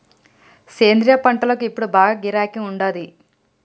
సేంద్రియ పంటలకు ఇప్పుడు బాగా గిరాకీ ఉండాది